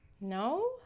No